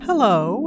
Hello